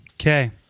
Okay